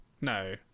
No